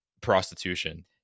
prostitution